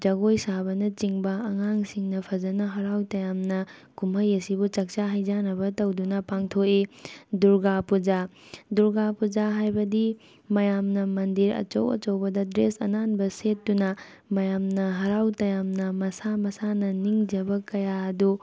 ꯖꯒꯣꯏ ꯁꯥꯕꯅꯆꯤꯡꯕ ꯑꯉꯥꯡꯁꯤꯡꯅ ꯐꯖꯅ ꯍꯔꯥꯎ ꯇꯌꯥꯝꯅ ꯀꯨꯝꯍꯩ ꯑꯁꯤꯕꯨ ꯆꯥꯛꯆꯥ ꯍꯩ ꯆꯥꯟꯅꯕ ꯇꯧꯗꯨꯅ ꯄꯥꯡꯊꯣꯛꯏ ꯗꯨꯔꯒꯥ ꯄꯨꯖꯥ ꯗꯨꯔꯒꯥ ꯄꯨꯖꯥ ꯍꯥꯏꯕꯗꯤ ꯃꯌꯥꯝꯅ ꯃꯟꯗꯤꯔ ꯑꯆꯧ ꯑꯆꯧꯕꯗ ꯗ꯭ꯔꯦꯁ ꯑꯅꯥꯟꯕ ꯁꯦꯠꯇꯨꯅ ꯃꯌꯥꯝꯅ ꯍꯔꯥꯎ ꯇꯌꯥꯝꯅ ꯃꯁꯥ ꯃꯁꯥꯅ ꯅꯤꯡꯖꯕ ꯀꯌꯥ ꯑꯗꯨ